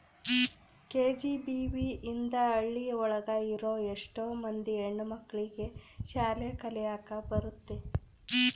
KGBV ಇಂದ ಹಳ್ಳಿ ಒಳಗ ಇರೋ ಎಷ್ಟೋ ಮಂದಿ ಹೆಣ್ಣು ಮಕ್ಳಿಗೆ ಶಾಲೆ ಕಲಿಯಕ್ ಬರುತ್ತೆ